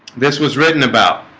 this was written about